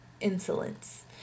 insolence